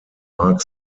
mark